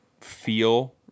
feel